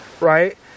right